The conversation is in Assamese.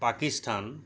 পাকিস্তান